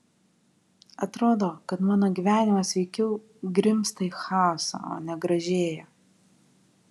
atrodo kad mano gyvenimas veikiau grimzta į chaosą o ne gražėja